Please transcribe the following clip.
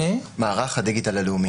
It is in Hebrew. מערך הדיגיטל הלאומי.